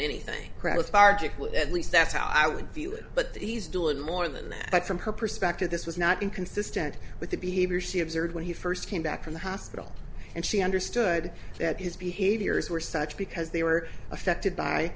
acquit at least that's how i would view it but he's doing more than that from her perspective this was not inconsistent with the behavior she observed when he first came back from the hospital and she understood that his behaviors were such because they were affected by